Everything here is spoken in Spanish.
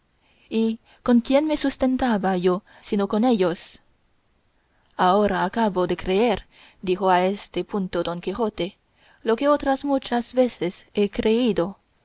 y con quién me sustentaba yo sino con ellos ahora acabo de creer dijo a este punto don quijote lo que otras muchas veces he creído